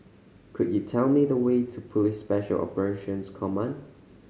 could you tell me the way to Police Special Operations Command